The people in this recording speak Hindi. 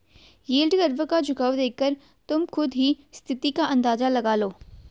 यील्ड कर्व का झुकाव देखकर तुम खुद ही स्थिति का अंदाजा लगा लो